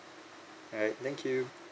alright thank you